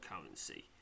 currency